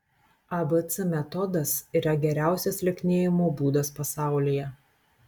abc metodas yra geriausias lieknėjimo būdas pasaulyje